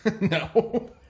No